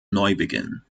neubeginn